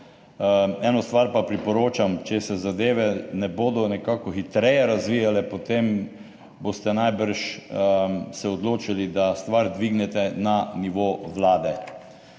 Eno stvar pa priporočam, če se zadeve ne bodo nekako hitreje razvijale, potem se boste najbrž odločili, da stvar dvignete na nivo Vlade.